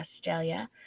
Australia